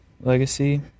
Legacy